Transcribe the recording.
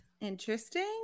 interesting